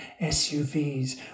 SUVs